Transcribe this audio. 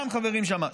גם חברים שם,